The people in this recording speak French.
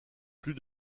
plus